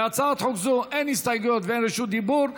להצעת חוק זו אין הסתייגויות ואין בקשות רשות דיבור.